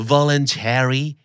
Voluntary